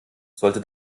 sollte